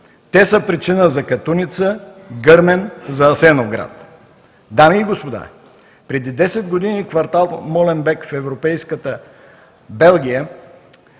Те са причината за Катуница, Гърмен, Асеновград. Дами и господа, преди 10 години в квартал „Моленбек“ в европейска Белгия